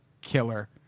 killer